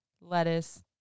lettuce